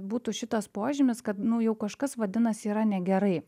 būtų šitas požymis kad nu jau kažkas vadinasi yra negerai